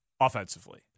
offensively